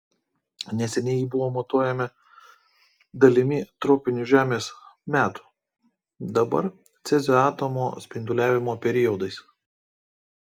neseniai ji buvo matuojama dalimi tropinių žemės metų dabar cezio atomo spinduliavimo periodais